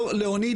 פרופ'